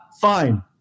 fine